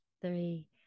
three